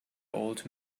old